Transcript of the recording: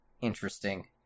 interesting